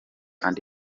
andi